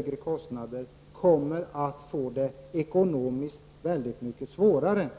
De måste ha de här nyttigheterna, och får då högre kostnader.